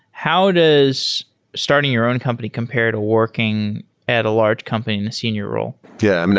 how does starting your own company compare to working at a large company in a senior role? yeah um yeah.